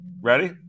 Ready